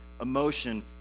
emotion